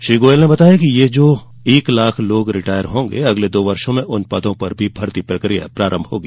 श्री गोयल ने बताया कि ये जो एक लाख लोग रिटायर्ड होंगे अगले दो वर्षो में उन पदों पर भी भर्ती प्रकिया प्रारंभ होगी